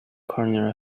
corner